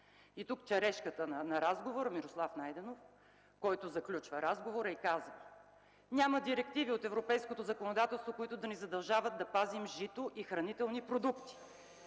И черешката на разговора е Мирослав Найденов, който заключава разговора и казва: „Няма директиви от европейското законодателство, които да ни задължават да пазим жито и хранителни продукти.